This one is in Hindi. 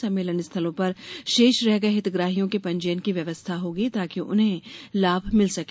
सम्मेलन स्थलों पर शेष रह गये हितग्राहियों के पंजीयन की व्यवस्था होगी ताकि उन्हें लाभ मिल सके